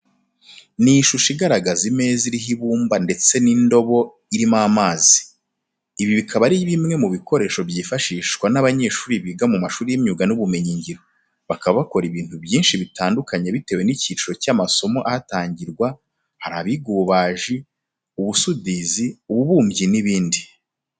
Ni ishusho igaragaza imeza iriho ibumba ndetse n'indobo irimo amazi. Ibi bikaba ari bimwe mu bikoresho byifashishwa n'abanyeshuri biga mu mashuri y'imyuga n'ubumenyingiro. Bakaba bakora ibintu byinshi bitandukanye bitewe n'icyiciro cy'amasomo ahatangirwa, hari abiga ububaji, ubusudizi, ububumbyi n'ibindi.